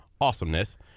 awesomeness